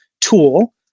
tool